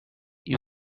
you